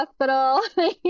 hospital